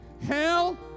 Hell